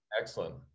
Excellent